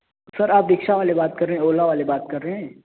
سر آپ رکشا والے بات کر رہے ہیں اولا والے بات کر رہے ہیں